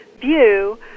view